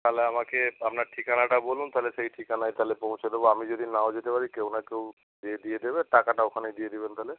তাহলে আমাকে আপনার ঠিকানাটা বলুন তালে সেই ঠিকানায় তাহলে পৌঁছে দেবো আমি যদি নাও যেতে পারি কেউ না কেউ গিয়ে দিয়ে দেবে টাকাটা ওখানেই দিয়ে দিবেন তাহলে